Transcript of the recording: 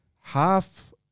half